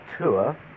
tour